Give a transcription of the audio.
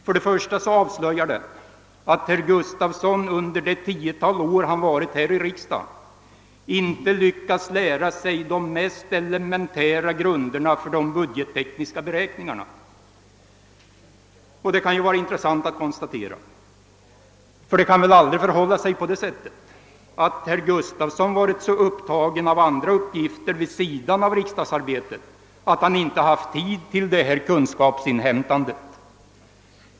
För det första avslöjar den att herr Gustavsson under det tiotal år han har tillhört riksdagen inte har lyckats lära sig de mest elementära grunderna för de budgettekniska beräkningarna, vilket kan vara intressant att konstatera. Det kan väl aldrig förhålla sig så att herr Gustavsson ha varit så upptagen av andra uppgifter vid sidan av riksdagsarbetet att han inte haft tid till detta kunskapsinhämtande?